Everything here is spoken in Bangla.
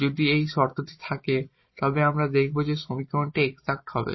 যদি এই শর্তটি থাকে তবে আমরা দেখাব যে সমীকরণটি এক্সাট হবে